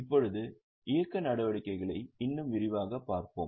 இப்போது இயக்க நடவடிக்கைகளை இன்னும் விரிவாகப் பார்ப்போம்